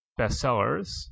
bestsellers